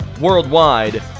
worldwide